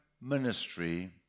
ministry